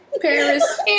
Paris